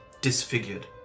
disfigured